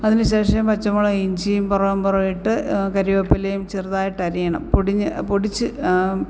അതിനുശേഷം പച്ചമുളക് ഇഞ്ചി പിറകെപ്പിറകെയായിട്ട് കറിവേപ്പിലയും ചെറുതായിട്ട് അരിയണം പൊടിഞ്ഞ് പൊടിച്ച്